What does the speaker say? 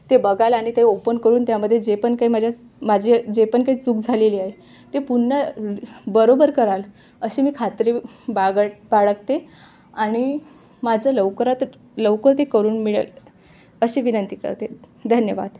ते बघाल आणि ते ओपन करून त्यामध्ये जे पण काही माझ्या माझे जे पण काही चूक झालेली आहे ते पुन्हा बरोबर कराल अशी मी खात्री बागड बाळगते आणि माझं लवकरात लवकर ते करून मिळेल अशी विनंती करते धन्यवाद